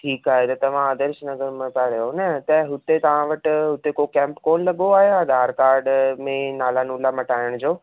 ठीकु आहे त तव्हां आदर्श नगर में पिया रहियो न त हुते तव्हां वटि हुते को कैंप कोन लॻो आहे आधार काड में नाला नूला मटाइण जो